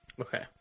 Okay